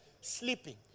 sleeping